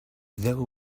there